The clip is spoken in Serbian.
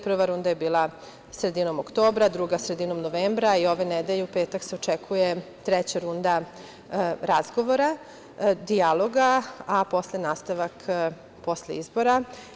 Prva runda je bila sredinom oktobra, druga sredinom novembra i ove nedelje, u petak, se očekuje treća runda razgovora, dijaloga, a posle nastavak posle izbora.